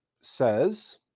says